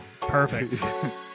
Perfect